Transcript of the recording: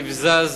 נבזז,